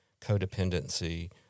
codependency